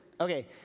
Okay